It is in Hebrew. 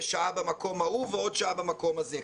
שעה במקום ההוא ועוד שעה במקום הזה.